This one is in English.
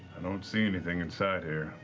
i don't see anything inside here.